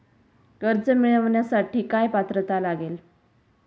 कर्ज मिळवण्यासाठी काय पात्रता लागेल?